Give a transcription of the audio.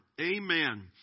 Amen